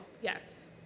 Yes